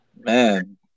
man